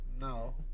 no